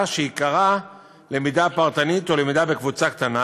שעיקרם למידה פרטנית או למידה בקבוצה קטנה,